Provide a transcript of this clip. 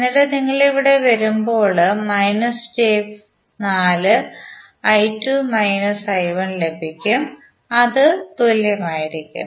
എന്നിട്ട് നിങ്ങൾ ഇവിടെ വരുമ്പോൾ −j4 ലഭിക്കും അത് 0 ന് തുല്യമായിരിക്കും